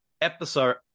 episode